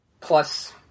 plus